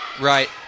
Right